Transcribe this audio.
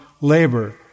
labor